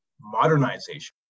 modernization